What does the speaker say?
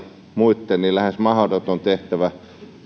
muitten lähes mahdoton tehtävä